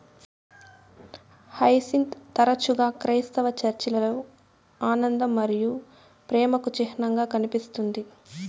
hyacinth తరచుగా క్రైస్తవ చర్చిలలో ఆనందం మరియు ప్రేమకు చిహ్నంగా కనిపిస్తుంది